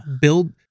build